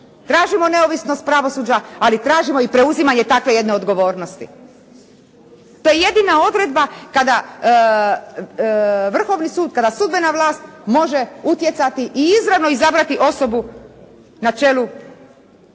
Tražimo neovisnost pravosuđa, ali tražimo i preuzimanje takve jedne odgovornosti. To je jedina odredba kada Vrhovni sud kada sudbena vlast može utjecati i izravno izabrati osobu na čelu nekog